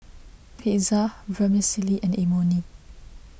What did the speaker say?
Pizza Vermicelli and Imoni